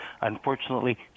Unfortunately